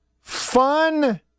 Fun